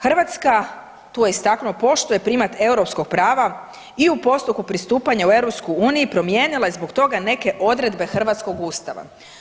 Hrvatska tu je istaknuo pošto je primat europskog prava i u postupku postupanja u EU promijenilo je zbog toga neke odredbe hrvatskog Ustava.